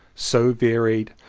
so varied,